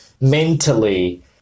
mentally